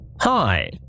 Hi